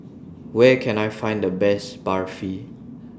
Where Can I Find The Best Barfi